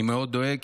אני מאוד דואג,